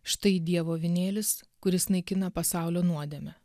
štai dievo avinėlis kuris naikina pasaulio nuodėmę